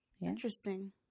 Interesting